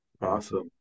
Awesome